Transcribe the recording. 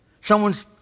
Someone's